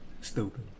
stupid